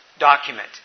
document